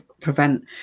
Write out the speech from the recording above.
prevent